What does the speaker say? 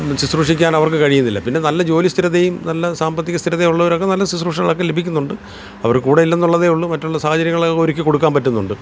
ശുശ്രൂഷിക്കാൻ അവർക്ക് കഴിയുന്നില്ല പിന്നെ നല്ല ജോലിസ്ഥിരതയും നല്ല സാമ്പത്തിക സ്ഥിരതയും ഉള്ളവർ ഒക്കെ നല്ല ശുശ്രൂഷകളൊക്കെ ലഭിക്കുന്നുണ്ട് അവർ കൂടെ ഇല്ല എന്നുള്ളതേ ഉള്ളൂ മറ്റുള്ള സാഹചര്യങ്ങൾ ഒരുക്കി കൊടുക്കാൻ പറ്റുന്നുണ്ട്